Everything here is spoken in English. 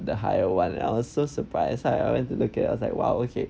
the higher one and I was so surprised so I went to look at I was like !wow! okay